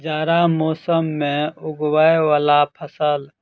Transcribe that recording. जाड़ा मौसम मे उगवय वला फसल?